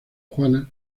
juana